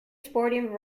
sporting